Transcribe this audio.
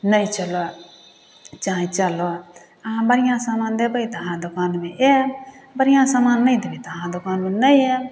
नहि चलऽ चाहे चलऽ अहाँ बढ़िआँ समान देबै तऽ अहाँ दोकानमे आएब बढ़िआँ समान नहि देबै तऽ अहाँ दोकानमे नहि आएब